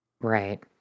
Right